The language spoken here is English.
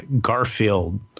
Garfield